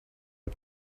are